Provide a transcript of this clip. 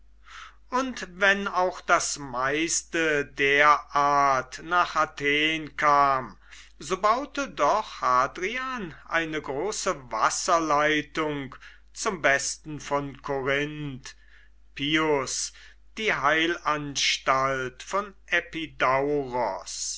und wenn auch das meiste der art nach athen kam so baute doch hadrian eine große wasserleitung zum besten von korinth plus die heilanstalt von